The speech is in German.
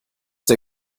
der